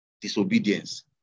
disobedience